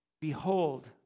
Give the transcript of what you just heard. Behold